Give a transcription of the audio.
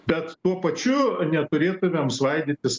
bet tuo pačiu neturėtumėm svaidytis